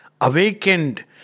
Awakened